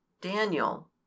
Daniel